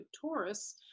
Taurus